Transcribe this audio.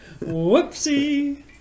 Whoopsie